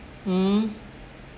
mm